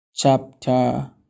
Chapter